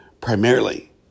primarily